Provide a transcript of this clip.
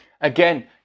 again